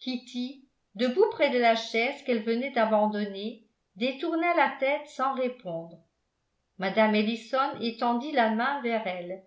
kitty debout près de la chaise qu'elle venait d'abandonner détourna la tête sans répondre mme ellison étendit la main vers elle